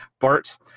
Bart